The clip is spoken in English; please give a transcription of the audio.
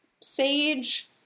Sage